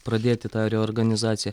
pradėti tą reorganizaciją